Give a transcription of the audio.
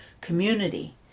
community